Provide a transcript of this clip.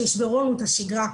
שישברו לנו את השגרה.